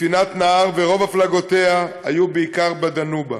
כספינת נהר, ורוב הפלגותיה היו בעיקר בדנובה.